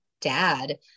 dad